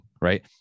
right